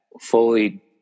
fully